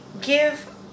give